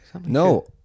No